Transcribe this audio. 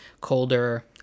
colder